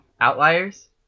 Outliers